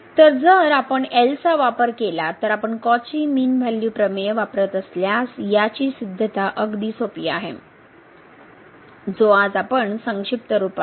तर जर आपण एलचावापर केला तर आपण कॉची मीन व्हॅल्यू प्रमेय वापरत असल्यास याची सिद्धता अगदी सोपी आहे जो आज आपण संक्षिप्त रुपात